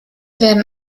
werden